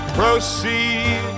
proceed